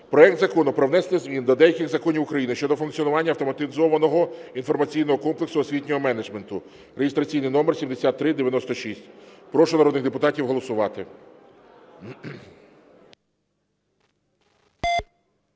Проект Закону про внесення змін до деяких законів України щодо функціонування Автоматизованого інформаційного комплексу освітнього менеджменту, (реєстраційний номер 7396). Прошу народних депутатів голосувати.